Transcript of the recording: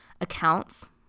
accounts